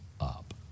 up